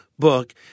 book